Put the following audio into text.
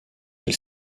elle